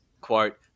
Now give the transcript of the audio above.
quote